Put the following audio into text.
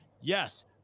Yes